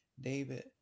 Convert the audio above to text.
David